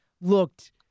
looked